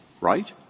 Right